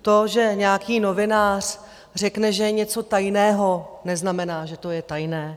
To, že nějaký novinář řekne, že je něco tajného, neznamená, že to je tajné.